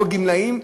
או לגמלאים,